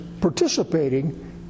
participating